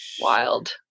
wild